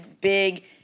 big